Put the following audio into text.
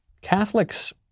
Catholics